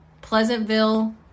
pleasantville